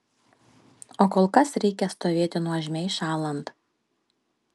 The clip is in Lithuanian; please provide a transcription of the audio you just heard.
o kol kas reikia stovėti nuožmiai šąlant